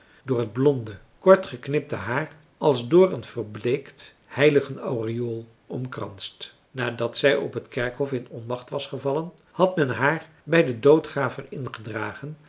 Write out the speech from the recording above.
door het blonde kortgeknipte haar als door een verbleekt heiligen aureool omkranst nadat zij op het kerkhof in onmacht was gevallen had men haar bij den doodgraver ingedragen